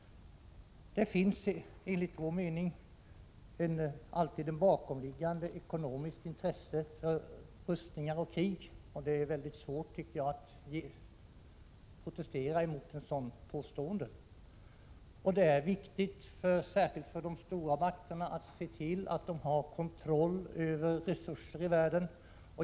Det finns enligt vpk:s mening alltid ett bakomliggande ekonomiskt intresse för rustningar och krig. Det är mycket svårt, tycker jag, att protestera mot ett sådant påstående. Särskilt för stormakterna är det viktigt att se till att de har kontroll över ekonomiska resurser i världen.